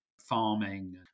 farming